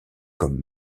comme